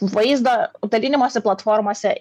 vaizdo dalinimosi platformose